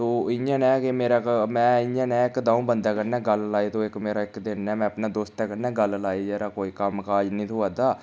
तो इयां ने के मेरा के में इ'यै नेह् इक द'ऊं बंदे कन्नै गल्ल लाई तो इक मेरा इक दिन मैं अपने दोस्तै कन्नै गल्ल लाई यरा कोई कम्मकाज नी थ्होआ दा